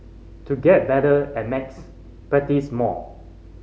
to get better at max practice more